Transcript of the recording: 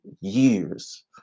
years